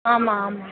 ஆமாம் ஆமாம்